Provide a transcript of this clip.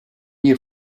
new